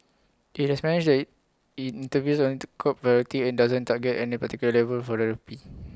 IT has managed IT intervenes to curb volatility and doesn't target any particular level for the rupee